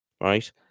Right